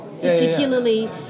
particularly